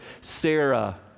Sarah